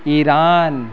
Iran